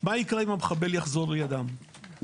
מה יקרה אם המחבל יחזור לידם.